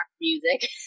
music